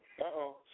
Uh-oh